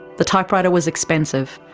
the typewriter was expensive,